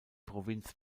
provinz